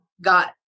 got